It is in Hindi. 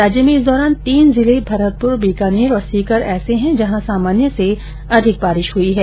राज्य में इस दौरान तीन जिले भरतपुर बीकानेर और सीकर ऐसे हैं जहां सामान्य से अधिक बारिश हुई हैं